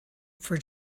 for